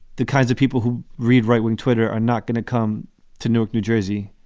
the kinds of people who read right wing twitter are not going to come to newark, new jersey,